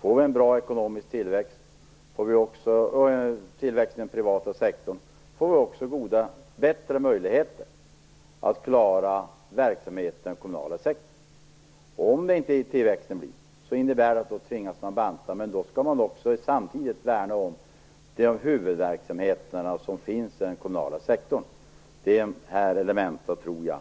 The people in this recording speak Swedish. Får vi en bra ekonomisk tillväxt i den privata sektorn får vi också bättre möjligheter att klara verksamheten i den kommunala sektorn. Om det inte blir någon tillväxt tvingas man att banta verksamheten, men då skall man samtidigt värna om de huvudverksamheter som finns inom den kommunala sektorn. Detta är elementa som, tror jag,